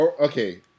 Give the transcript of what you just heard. Okay